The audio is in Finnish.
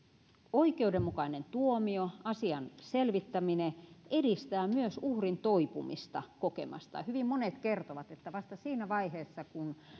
oikeudenmukainen tuomio asian selvittäminen edistää myös uhrin toipumista kokemastaan hyvin monet kertovat että vasta siinä vaiheessa kun